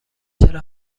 چرا